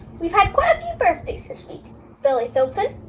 we've had quite a few birthdays this week billy fulton,